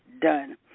done